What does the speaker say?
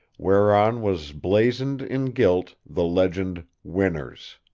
whereon was blazoned in gilt the legend, winners.